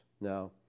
Now